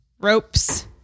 ropes